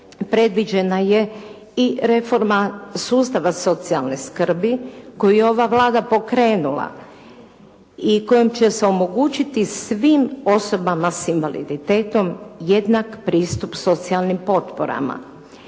predviđena je i reforma sustava socijalne skrbi koju je ova Vlada pokrenula i kojom će se omogućiti svim osobama s invaliditetom jednak pristup socijalnim potporama.